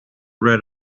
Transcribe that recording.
red